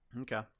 Okay